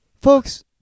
Folks